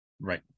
right